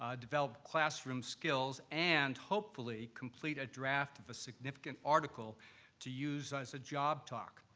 ah develop classroom skills, and hopefully complete a draft of a significant article to use as a job talk.